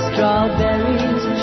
Strawberries